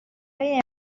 های